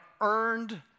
earned